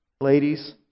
ladies